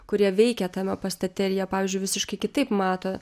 kurie veikia tame pastate ir jie pavyzdžiui visiškai kitaip mato